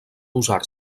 usar